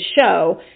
show